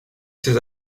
ses